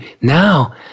now